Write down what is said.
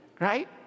Right